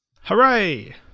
hooray